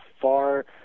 far